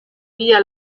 via